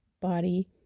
body